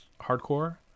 hardcore